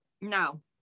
No